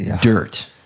dirt